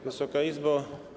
Wysoka Izbo!